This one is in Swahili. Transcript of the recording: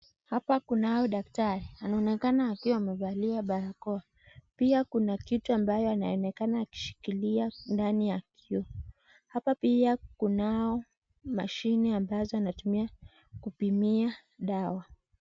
Hapa kunao daktari, anaonekana akiwa amevalia barakoa, pia kuna kitu ambayo anaonekana akishikilia ndani ya kioo, hapa pia kunao mashine ambazo anatumia kupimia dawa.